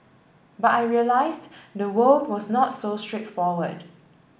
but I realised the world was not so straightforward